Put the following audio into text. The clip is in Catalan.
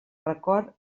record